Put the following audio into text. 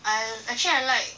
I actually I like